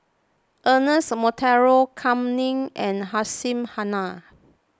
Ernest Monteiro Kam Ning and Hussein Haniff